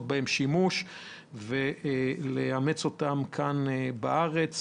לשמש אותנו כאן בארץ,